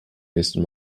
nächsten